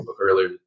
earlier